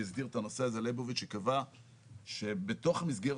שהסדיר את הנושא הזה וקבע שבתוך מסגרת